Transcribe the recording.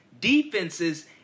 defenses